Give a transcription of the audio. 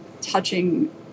touching